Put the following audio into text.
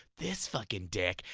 this fucking dick.